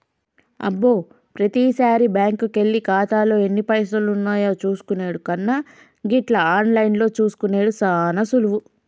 అబ్బో ప్రతిసారి బ్యాంకుకెళ్లి ఖాతాలో ఎన్ని పైసలున్నాయో చూసుకునెడు కన్నా గిట్ల ఆన్లైన్లో చూసుకునెడు సాన సులువు